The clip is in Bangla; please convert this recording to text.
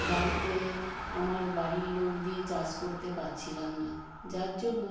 বাড়িতে আমার বাড়ির লোক দিয়ে চাষ করতে পারছিলাম না যার জন্য